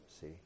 see